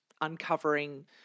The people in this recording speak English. uncovering